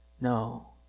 No